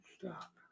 stop